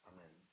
Amen